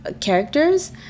characters